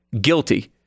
guilty